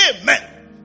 amen